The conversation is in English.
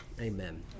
amen